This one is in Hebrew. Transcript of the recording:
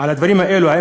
על הדברים האלה.